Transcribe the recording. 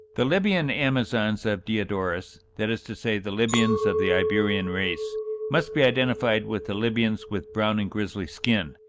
the libyan-amazons of diodorus that is to say, the libyans of the iberian race must be identified with the libyans with brown and grizzly skin,